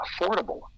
affordable